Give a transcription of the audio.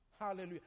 Hallelujah